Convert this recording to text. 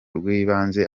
rw’ibanze